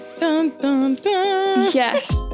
Yes